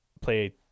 play